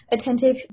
attentive